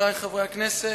חברי חברי הכנסת,